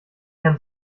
herrn